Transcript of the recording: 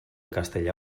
castellà